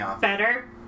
better